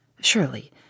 Surely